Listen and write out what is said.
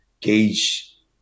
gauge